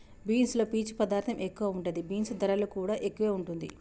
beans లో పీచు పదార్ధం ఎక్కువ ఉంటది, బీన్స్ ధరలు కూడా ఎక్కువే వుంటుంది